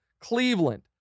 Cleveland